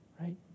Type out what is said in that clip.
Right